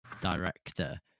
director